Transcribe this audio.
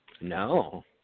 no